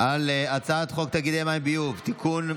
על הצעת חוק תאגידי המים וביוב (תיקון,